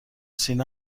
سینه